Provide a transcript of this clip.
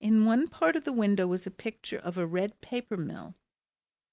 in one part of the window was a picture of a red paper mill